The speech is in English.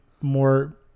more